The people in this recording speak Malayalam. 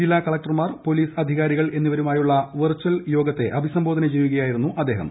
ജില്ലാ കളക്ടർമാർ പോലീസ് അധികാരികൾ എന്നിവരുമായുള്ള വെർച്ചൽ യോഗത്തെ അഭിസംബോധന ചെയ്യുകയായിരുന്നു അദ്ദേഹം